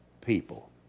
people